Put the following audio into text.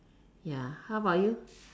ya how about you